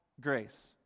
grace